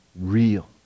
real